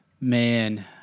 man